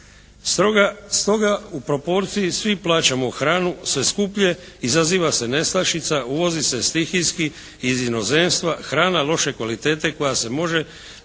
Stoga u proporciji svi plaćamo hranu sve skuplje. Izaziva se nestašica. Uvozi se stihijski iz inozemstva hrana loše kvalitete koja se može